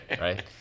right